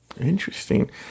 interesting